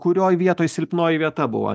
kurioj vietoj silpnoji vieta buvo